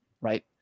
right